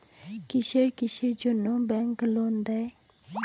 কিসের কিসের জন্যে ব্যাংক লোন দেয়?